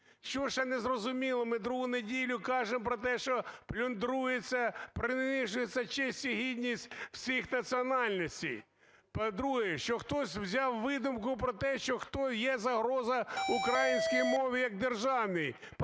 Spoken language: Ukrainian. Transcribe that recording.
Що ще не зрозуміло? Ми другу неділю кажемо про те, що плюндрується, принижується честь і гідність всіх національностей. По-друге, що хтось взяв видумку про те, що хтось є загроза українській мові як державній,